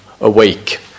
awake